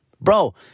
Bro